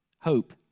hope